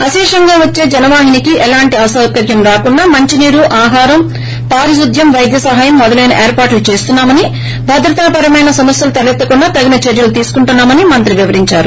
అశేషంగా వచ్చే జనవాహినికి ఎలాంటి అసౌకర్యం రాకుండా మంచినీరు ఆహారం పారిశుద్ద్యం వైద్య సహాయం మొదలైన ఏర్పాట్లు చేస్తున్నా మని భద్రతా పరమైన సమస్వలు తలెత్తకుండా జాగ్రత్తలు తీసుకుంటున్నా మని మంత్రి వివరిందారు